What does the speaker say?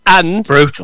Brutal